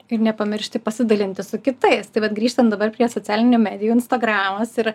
ir nepamiršti pasidalinti su kitais bet grįžtant dabar prie socialinių medijų instagramas ir